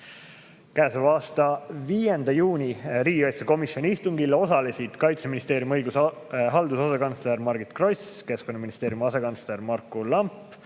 Käesoleva aasta 5. juuni riigikaitsekomisjoni istungil osalesid Kaitseministeeriumi õiguse ja halduse asekantsler Margit Gross, Keskkonnaministeeriumi asekantsler Marku Lamp,